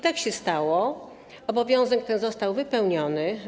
Tak się stało, obowiązek ten został wypełniony.